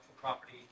property